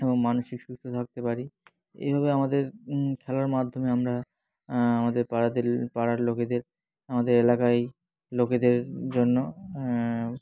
এবং মানসিক সুস্থ থাকতে পারি এইভাবে আমাদের খেলার মাধ্যমে আমরা আমাদের পাড়াদের পাড়ার লোকেদের আমাদের এলাকায় লোকেদের জন্য